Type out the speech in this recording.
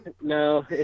No